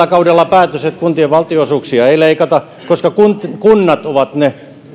tällä kaudella päätöksen että kuntien valtionosuuksia ei leikata koska kunnat ovat ne